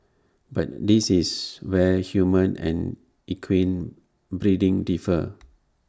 but this is where human and equine breeding differ